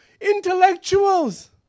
intellectuals